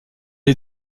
est